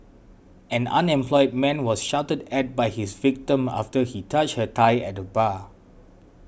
an unemployed man was shouted at by his victim after he touched her thigh at the bar